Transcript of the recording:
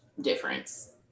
difference